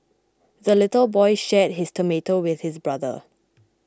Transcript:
the little boy shared his tomato with his brother